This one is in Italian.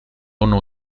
uno